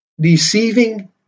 deceiving